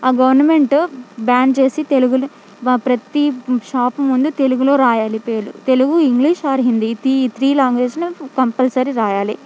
government ban చేసి తెలుగుని వ ప్రతీ షాప్ ముందు తెలుగులో రాయాలి పేర్లు తెలుగు ఇంగ్లీష్ ఆర్ హిందీ ఈ తీ త్రీ లాంగ్వేజస్ను కంపల్సరీ రాయాలి